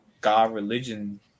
God-religion